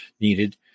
needed